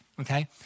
Okay